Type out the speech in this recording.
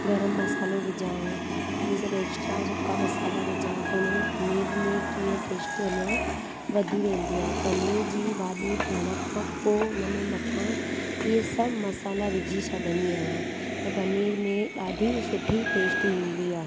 गरम मसालो विझां इहे सभु एक्स्ट्रा सुका मसाला विझां त उनमें पनीर में कीअं टेस्ट अञा वधी वेंदी आहे पनीर जी भाॼी थियण खां पोइ उनमें अथा इहे सभु मसाला विझी छॾंदी आहियां ऐं पनीर में ॾाढी सुठी टेस्ट ईंदी आहे